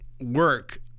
work